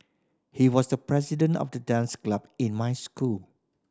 he was the president of the dance club in my school